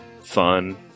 fun